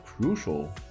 crucial